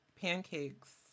pancakes